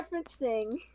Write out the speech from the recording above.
referencing